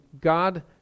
god